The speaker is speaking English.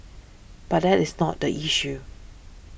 but that is not the issue